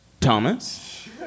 Thomas